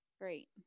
great